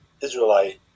Israelite